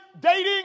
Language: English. dating